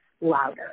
louder